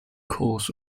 cause